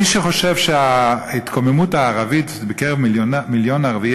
מי שחושב שההתקוממות הערבית בקרב מיליון ערביי